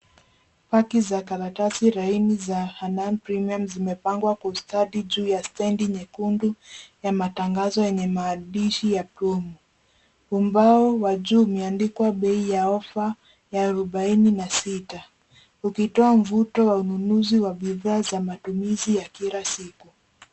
Paki za karatasi laini za Hanaan Premium zimepangwa kwa ustadi juu ya stendi nyekundu ya matangazo yenye maandishi promo . Ubao wa juu umeandikwa bei ya ofa ya 46 ukitoa mvuto wa ununuzi wa bidhaa za matumizi ya kila siku.